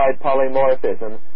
polymorphism